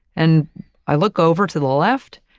and i look over to the left,